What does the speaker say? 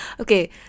okay